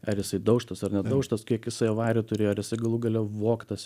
ar jisai daužtas ar nedaužtas kiek isai avarijų turėjo ar isai galų gale vogtas